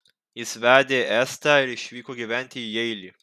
jis vedė estę ir išvyko gyventi į jeilį